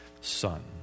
son